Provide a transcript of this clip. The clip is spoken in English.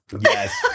Yes